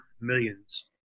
millions